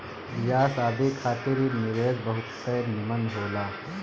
बियाह शादी खातिर इ निवेश बहुते निमन होला